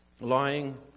lying